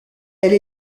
elle